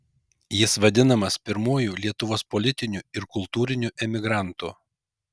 jis vadinamas pirmuoju lietuvos politiniu ir kultūriniu emigrantu